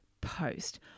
post